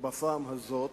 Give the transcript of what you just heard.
בפעם הזאת,